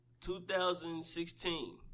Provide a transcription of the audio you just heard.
2016